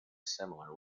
similar